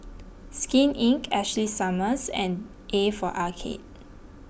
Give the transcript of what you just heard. Skin Inc Ashley Summers and A for Arcade